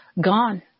gone